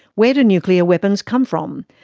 where do nuclear weapons come from?